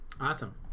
Awesome